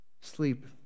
Sleep